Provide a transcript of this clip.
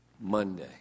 Monday